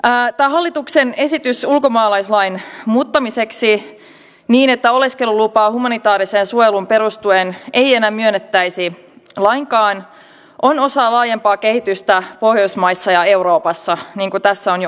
tämä hallituksen esitys ulkomaalaislain muuttamiseksi niin että oleskelulupaa humanitaariseen suojeluun perustuen ei enää myönnettäisi lainkaan on osa laajempaa kehitystä pohjoismaissa ja euroopassa niin kuin tässä on jo aikaisemmin todettu